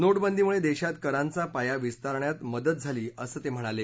नोटबंदीमुळे देशात करांचा पाया विस्तारण्यात मदत झाली असं ते म्हणाले